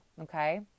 okay